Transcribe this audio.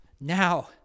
Now